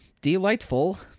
delightful